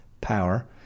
Power